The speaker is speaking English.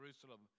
Jerusalem